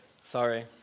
Sorry